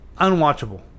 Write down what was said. Unwatchable